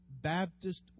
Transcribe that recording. Baptist